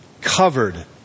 Covered